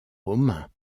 romains